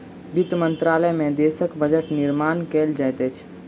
वित्त मंत्रालय में देशक बजट निर्माण कयल जाइत अछि